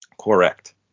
Correct